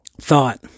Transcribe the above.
thought